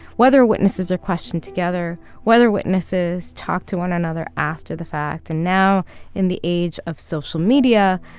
whether witnesses are questioned together, whether witnesses talk to one another after the fact and now in the age of social media,